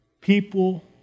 People